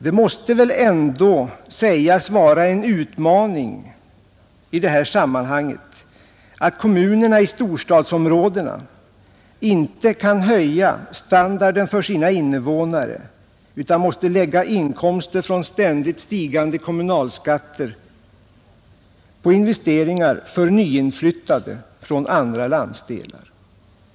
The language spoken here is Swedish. Det måste väl ändå sägas vara en utmaning i det här sammanhanget att kommunerna i storstadsområdena inte kan höja standarden för sina innevånare utan måste lägga inkomster från ständigt stigande kommunalskatter på investeringar för nyinflyttade från andra landsdelar.